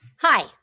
Hi